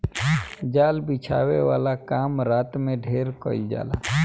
जाल बिछावे वाला काम रात में ढेर कईल जाला